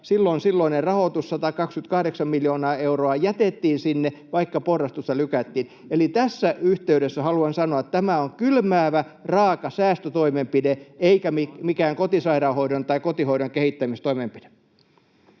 silloinen rahoitus, 128 miljoonaa euroa, jätettiin sinne, vaikka porrastusta lykättiin. Eli tässä yhteydessä haluan sanoa, että tämä on kylmäävä, raaka säästötoimenpide eikä mikään kotisairaanhoidon tai kotihoidon kehittämistoimenpide.